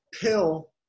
pill